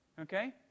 Okay